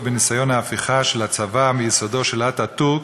בניסיון ההפיכה של הצבא מיסודו של אטאטורק,